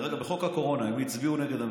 דרך אגב, בחוק הקורונה הם הצביעו נגד הממשלה.